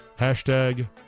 Hashtag